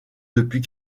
depuis